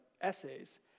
essays